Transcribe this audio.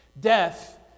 Death